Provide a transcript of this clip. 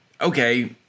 okay